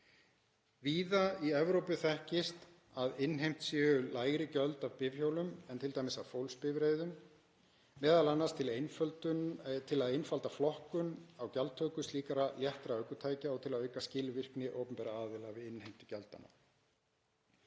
Víða í Evrópu þekkist það að innheimt séu lægri gjöld af bifhjólum en t.d. af fólksbifreiðum, m.a. til að einfalda flokkun á gjaldtöku slíkra léttari ökutækja og til að auka skilvirkni opinberra aðila við innheimtu gjaldanna.